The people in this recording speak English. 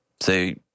Say